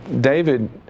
David